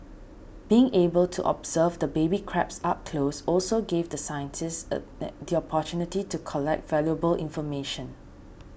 being able to observe the baby crabs up close also gave the scientists the opportunity to collect valuable information